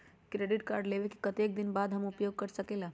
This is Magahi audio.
क्रेडिट कार्ड लेबे के कतेक दिन बाद हम उपयोग कर सकेला?